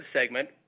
segment